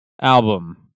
album